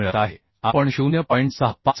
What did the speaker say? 5 मिळत आहे आपण 0